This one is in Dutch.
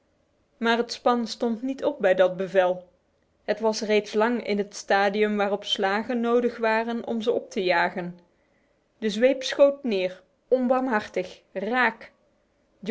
maar het span stond niet op bij dat bevel het was reeds lang in het stadium waarop slagen nodig waren om het op te jagen de zweep schoot neer onbarmhartig raak